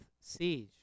siege